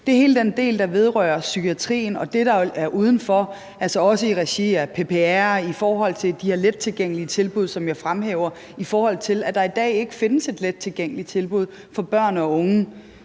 hele den del, der vedrører psykiatrien, og det, der er udenfor, altså også i regi af PPR i forhold til de her lettilgængelige tilbud, som jeg fremhæver, i forhold til at der i dag ikke findes et lettilgængeligt tilbud for børn og unge,